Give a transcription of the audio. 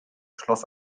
schloss